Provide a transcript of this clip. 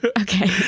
Okay